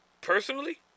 personally